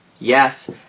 Yes